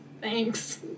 Thanks